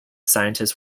scientists